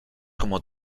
como